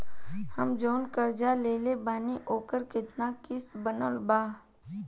हम जऊन कर्जा लेले बानी ओकर केतना किश्त बनल बा?